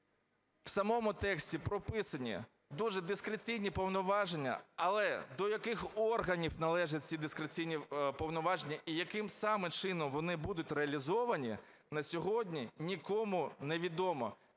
в самому тексті прописані дуже дискреційні повноваження, але до яких органів належать ці дискреційні повноваження і яким саме чином вони будуть реалізовані, на сьогодні нікому невідомо,